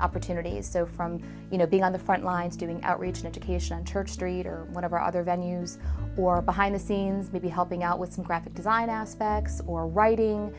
opportunities so from you know being on the front lines doing outreach and education turk street or whatever other venues or behind the scenes maybe helping out with some graphic design aspects or writing